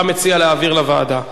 אתה מציע להעביר לוועדה.